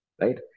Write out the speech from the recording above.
right